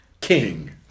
king